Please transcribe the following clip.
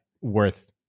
worth